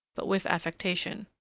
but with affectation.